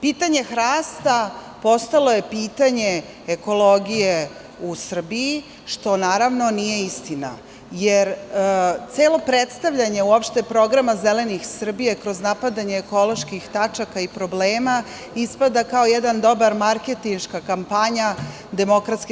Pitanje hrasta postalo je pitanje ekologije u Srbiji što, naravno, nije istina, jer celo predstavljanje uopšte programa Zelenih Srbije kroz napadanje ekoloških tačaka i problema ispada kao jedan dobra marketinška kampanja DS.